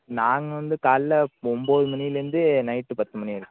நாங்கள் வந்து காலைல ஒம்பது மணிலேருந்து நைட்டு பத்து மணி வரைக்கும்